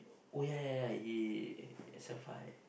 oh ya ya ya he sec five